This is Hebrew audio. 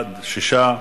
בעד, 6,